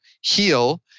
heal